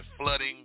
flooding